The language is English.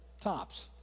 tops